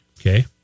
Okay